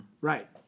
right